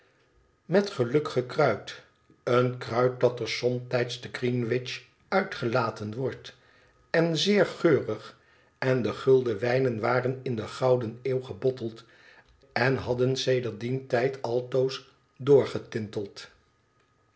met geluk gekruid een kruid dat er somtijds te greenwich uitgelaten wordt en zeer geurig en de gulden wijnen waren in de gouden eeuw gebotteld en hadden sedert dien tijd altoos door getinteld